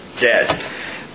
dead